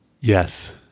Yes